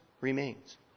remains